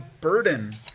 burden